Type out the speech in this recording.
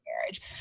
marriage